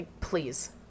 please